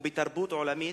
הוא בתרבות עולמית